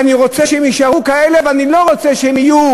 ואני רוצה שהם יישארו כאלה ואני לא רוצה שהם יהיו